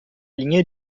linha